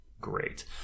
great